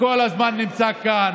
כל הזמן נמצא כאן,